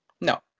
No